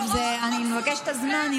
טוב, אני מבקשת את הזמן.